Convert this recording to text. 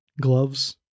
gloves